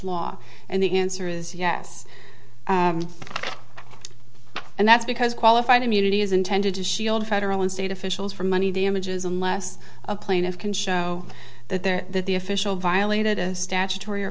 law and the answer is yes and that's because qualified immunity is intended to shield federal and state officials for money damages unless a plaintiff can show that there that the official violated a statutory or